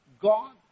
God